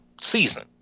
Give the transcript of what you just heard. season